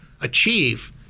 achieve